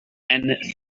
and